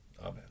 Amen